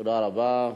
תודה רבה.